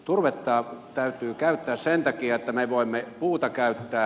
turvetta täytyy käyttää sen takia että me voimme puuta käyttää